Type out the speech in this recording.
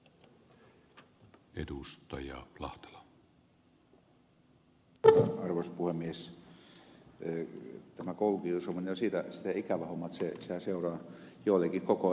tämä koulukiusaaminen on siitä ikävä homma että sehän seuraa joillakin koko elämän